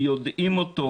יודעים אותם,